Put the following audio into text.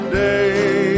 day